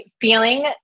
feeling